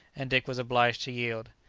and dick was obliged to yield.